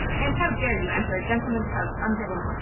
and how dare you enter a gentleman's house unbidden?